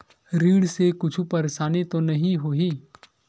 ऋण से कुछु परेशानी तो नहीं होही?